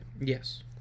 yes